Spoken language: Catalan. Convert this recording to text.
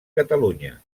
catalunya